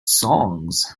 songs